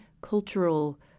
cultural